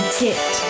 get